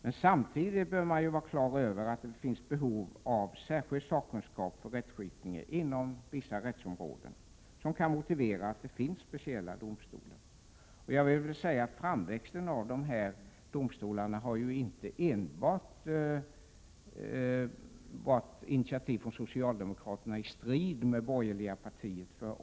Men samtidigt bör man vara klar över att det finns behov av särskild sakkunskap för rättsskipningen inom vissa rättsområden som kan motivera att det finns speciella domstolar. Framväxten av dessa domstolar har inte enbart varit initiativ från socialdemokraterna i strid med borgerliga partier.